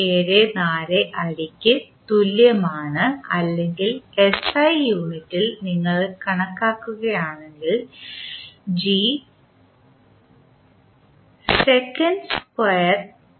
174 അടിക്ക് തുല്യമാണ് അല്ലെങ്കിൽ SI യൂണിറ്റിൽ നിങ്ങൾ കണക്കാക്കുകയാണെങ്കിൽ g സെക്കൻഡ് സ്ക്വയറിന് 9